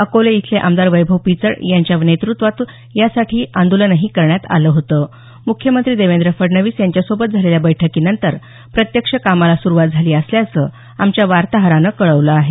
अकोले इथले आमदार वैभव पिचड यांच्या नेतृत्वात यासाठी आंदोलनही करण्यात आलं होतं मुख्यमंत्री देवेंद्र फडणवीस यांच्यासोबत झालेल्या बैठकीनंतर प्रत्यक्ष कामाला सुरुवात झाली असल्याचं आमच्या वार्ताहरानं कळवलं आहे